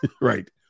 Right